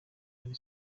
hari